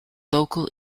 local